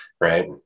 right